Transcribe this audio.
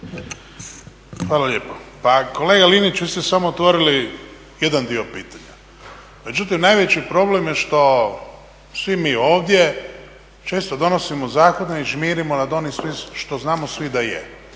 Hvala lijepo. Pa kolega Linić vi ste samo otvorili jedan dio pitanja, međutim najveći problem je što svi mi ovdje često donosimo zakone i žmirimo nad onim svim što znamo svi da je